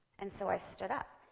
and so i stood up.